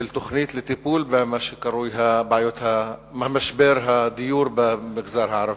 של תוכנית לטיפול במה שקרוי משבר הדיור במגזר הערבי.